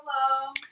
Hello